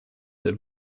that